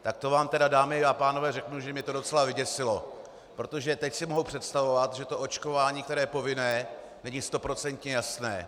Tak to vám tedy, dámy a pánové, řeknu, že mě to docela vyděsilo, protože teď si mohu představovat, že to očkování, které je povinné, není stoprocentně jasné.